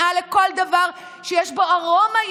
שבה למעשה התהליך שבו יש הגירה באמצעות